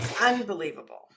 Unbelievable